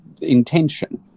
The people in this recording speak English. intention